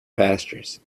pastures